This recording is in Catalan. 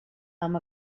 amb